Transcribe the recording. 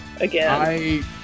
again